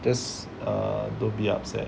just err don't be upset